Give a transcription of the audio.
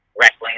wrestling